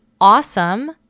awesome